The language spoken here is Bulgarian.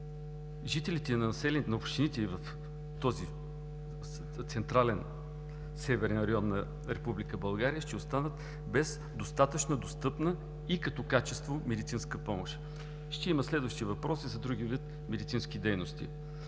страна, жителите на общините и в този Централен Северен район на Република България ще останат без достатъчно достъпна и като качество медицинска помощ. Ще има следващи въпроси за друг вид медицински дейности.